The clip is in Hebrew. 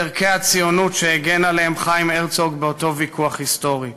ערכי הציונות שהגן עליהם חיים הרצוג באותו ויכוח היסטורי.